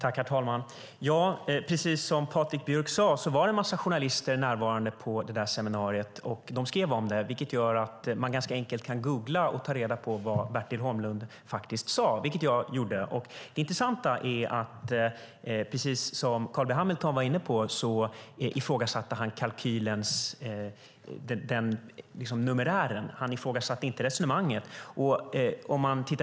Herr talman! Precis som Patrik Björck sade var det en massa journalister närvarande på detta seminarium, och de skrev om det, vilket gör att man ganska enkelt kan googla för att ta reda på vad Bertil Holmlund faktiskt sade, och det gjorde jag. Det intressanta är att, precis som Carl B Hamilton var inne på, han ifrågasatte numerären i kalkylen. Han ifrågasatte inte resonemanget.